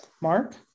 Mark